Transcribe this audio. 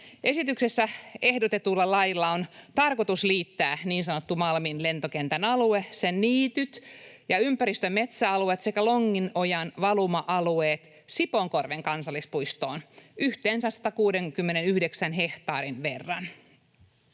Esityksessä ehdotetulla lailla on tarkoitus liittää niin sanottu Malmin lentokentän alue, sen niityt ja ympäristön metsäalueet sekä Longinojan valuma-alueet Sipoonkorven kansallispuistoon yhteensä 169 hehtaarin verran.